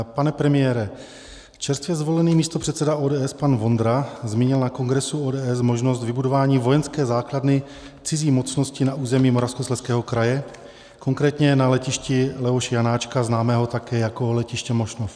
Pane premiére, čerstvě zvolený místopředseda ODS pan Vondra zmínil na kongresu ODS možnost vybudování vojenské základny cizí mocnosti na území Moravskoslezského kraje, konkrétně na letišti Leoše Janáčka, známého také jako letiště Mošnov.